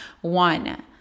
One